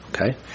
Okay